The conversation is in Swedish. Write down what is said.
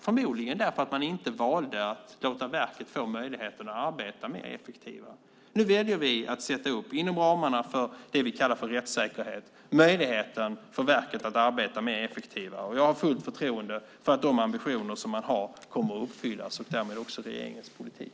Förmodligen därför att man inte valde att låta verket få möjligheten att arbeta mer effektivt. Nu väljer vi att inom ramen för det vi kallar för rättssäkerhet ge verket möjligheten att arbeta mer effektivt. Jag har fullt förtroende för att de ambitioner som man har kommer att uppfyllas och därmed också regeringens politik.